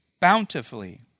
bountifully